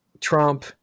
Trump